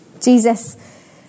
Jesus